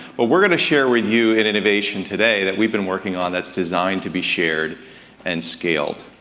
but we're gonna share with you in innovation today that we've been working on that's designed to be shared and scaled.